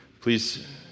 Please